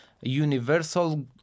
universal